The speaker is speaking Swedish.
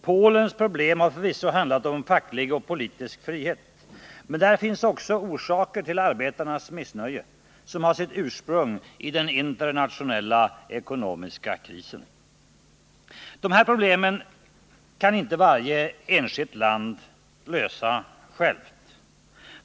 Polens problem har förvisso handlat om facklig och politisk frihet, men där finns också orsaker till arbetarnas missnöje som har sitt ursprung i den internationella ekonomiska krisen. De här problemen kan inte varje enskilt land lösa självt.